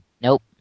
Nope